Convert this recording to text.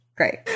Great